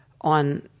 on